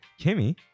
Kimmy